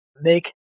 make